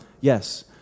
yes